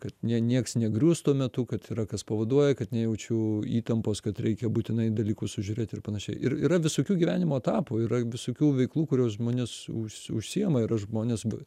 kad ne nieks negrius tuo metu kad yra kas pavaduoja kad nejaučiu įtampos kad reikia būtinai dalykus sužiūrėt ir panašiai ir yra visokių gyvenimo etapų yra visokių veiklų kurios žmonės už užsiima yra žmonės v